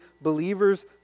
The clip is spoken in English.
believers